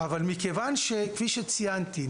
אבל מכיוון שכפי שציינתי,